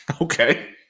Okay